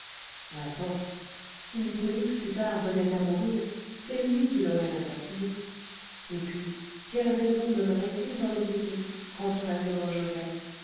n'importe si hippolyte plus tard venait à mourir c'est lui qui l'aurait assassiné et puis quelle raison donnerait-il dans les visites quand on l'interrogerait